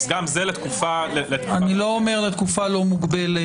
אז גם זה לתקופה --- אני לא אומר לתקופה לא מוגבלת,